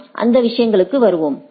நாம் அந்த விஷயங்களுக்கு வருவோம்